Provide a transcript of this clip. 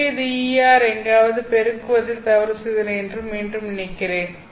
எனவே இது Er எங்காவது பெருக்குவதில் தவறு செய்துள்ளேன் என்று மீண்டும் நினைக்கிறேன்